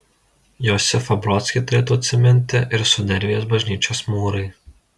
josifą brodskį turėtų atsiminti ir sudervės bažnyčios mūrai